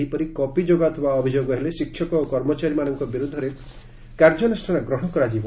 ସେହିପରି କପି ଯୋଗାଉଥିବା ଅଭିଯୋଗ ହେଲେ ଶିକ୍ଷକ ଓ କର୍ମଚାରୀଙ୍କ ବିରୋଧରେ କାର୍ଯ୍ୟାନୁଷାନ ନିଆଯିବ